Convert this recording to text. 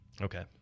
Okay